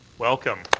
welcome.